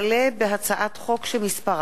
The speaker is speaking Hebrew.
וקבוצת חברי הכנסת, הצעת חוק איסור